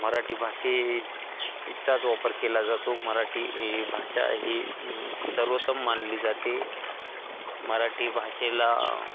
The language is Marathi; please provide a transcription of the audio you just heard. मराठी भाषे चाच वापर केला जातो मराठी ही भाषा ही सर्वोतम मानली जाते मराठी भाषेला